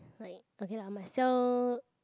like okay lah my cell